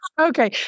Okay